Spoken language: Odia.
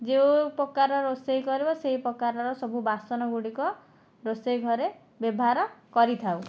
ଯେଉଁ ପ୍ରକାର ରୋଷେଇ କରିବ ସେହି ପ୍ରକାରର ସବୁ ବାସନଗୁଡ଼ିକ ରୋଷେଇ ଘରେ ବ୍ୟବହାର କରିଥାଉ